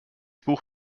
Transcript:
buch